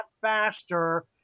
faster